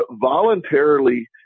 voluntarily